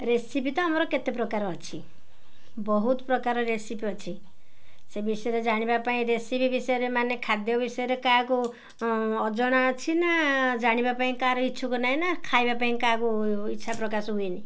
recipe ତ ଆମର କେତେ ପ୍ରକାର ଅଛି ବହୁତ ପ୍ରକାର ରେସିପି ଅଛି ସେ ବିଷୟରେ ଜାଣିବା ପାଇଁ ରେସିପି ବିଷୟରେ ମାନେ ଖାଦ୍ୟ ବିଷୟରେ କାହାକୁ ଅଜଣା ଅଛି ନା ଜାଣିବା ପାଇଁ କାହାର ଇଚ୍ଛୁକ ନାହିଁ ନା ଖାଇବା ପାଇଁ କାହାକୁ ଇଚ୍ଛା ପ୍ରକାଶ ହୁଏନି